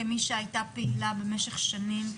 כמי שהייתה פעילה במשך שנים,